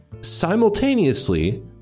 simultaneously